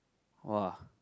!wah!